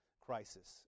crisis